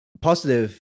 positive